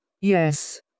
Yes